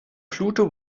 pluto